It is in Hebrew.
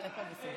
אבל אתה בסדר.